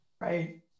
Right